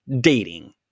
dating